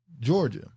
Georgia